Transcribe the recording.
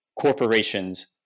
corporations